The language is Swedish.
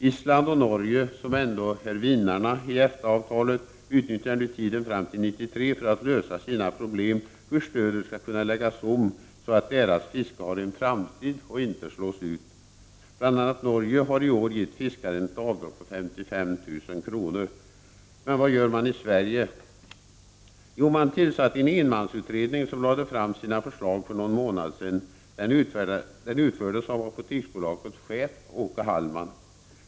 Island och Norge, som ändå är vinnarna i EFTA-avtalet, utnyttjar nu tiden framstill år 1993 för att lösa sina problem så att stödet skall kunna läggas om och deras fiske skall ha en framtid och inte slås ut. I år har bl.a. Norge gett fiskaren ett avdrag på 55 000 kr. Men vad gör man i Sverige? Jo, man har tillsatt en enmansutredning som lagt fram sitt förslag för någon månad sedan. Den utfördes av Apoteksbolagets chef Åke Hallman.